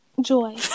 Joy